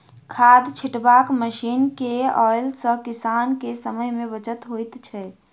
खाद छिटबाक मशीन के अयला सॅ किसान के समय मे बचत होइत छै